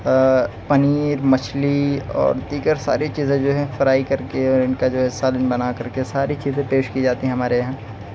پنیر مچھلی اور دیگر ساری چیزیں جو ہیں فرائی کر کے ان کا جو ہے سالن بنا کر کے ساری چیزیں پیش کی جاتی ہیں ہمارے یہاں